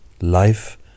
life